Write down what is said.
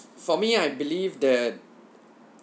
for me I believe that